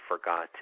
forgotten